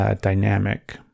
dynamic